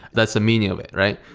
that's the meaning of it, right?